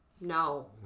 No